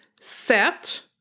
set